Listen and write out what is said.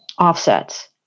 offsets